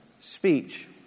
speech